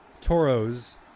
Toros